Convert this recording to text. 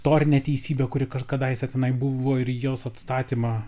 istorinę neteisybę kuri kadaise tenai buvo ir jos atstatymą